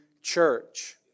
church